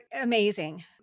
amazing